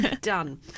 done